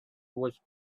was